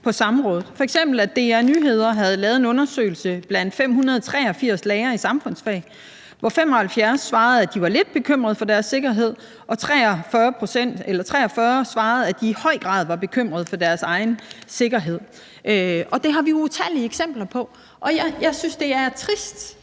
fra f.eks. DR Nyheder, der havde lavet en undersøgelse blandt 583 lærere i samfundsfag, hvor 75 svarede, at de var lidt bekymret for deres sikkerhed, og 43 svarede, at de i høj grad var bekymret for deres egen sikkerhed. Det har vi utallige eksempler på. Jeg synes, det er trist,